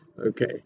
Okay